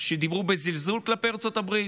שדיברו בזלזול כלפי ארצות הברית,